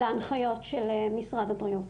להנחיות של משרד הבריאות.